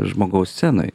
žmogaus scenoj